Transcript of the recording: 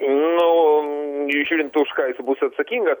nu žiūrint už ką jis bus atsakingas